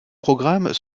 programmes